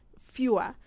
fewer